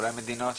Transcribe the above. אולי מדינות,